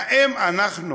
האם אנחנו